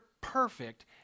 perfect